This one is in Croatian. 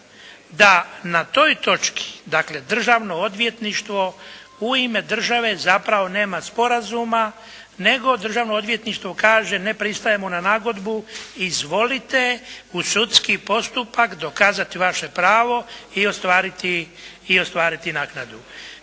da na toj točki dakle Državno odvjetništvo u ime države zapravo nema sporazuma nego Državno odvjetništvo kaže: Ne pristajemo na nagodbu, izvolite u sudski postupak dokazati vaše pravo i ostvariti,